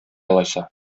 алайса